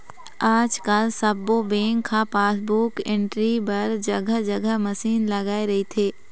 आजकाल सब्बो बेंक ह पासबुक एंटरी बर जघा जघा मसीन लगाए रहिथे